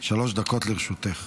שלוש דקות לרשותך.